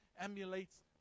emulates